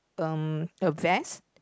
um a vest